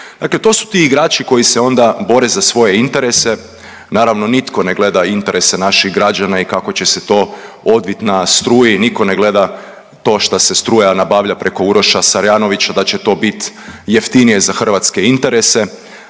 Dakle, to su ti igrači koji se onda bore za svoje interese, naravno nitko ne gleda interese naših građana i kako će se to odvit na struji, niko ne gleda to šta se struja nabavlja preko Uroša Sarjanovića da će to bit jeftinije za hrvatske interese,